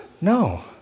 No